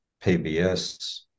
pbs